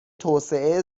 توسعه